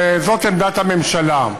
וזאת עמדת הממשלה.